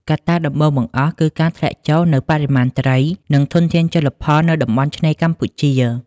កត្តាដំបូងបង្អស់គឺការធ្លាក់ចុះនូវបរិមាណត្រីនិងធនធានជលផលនៅតំបន់ឆ្នេរកម្ពុជា។